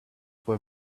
were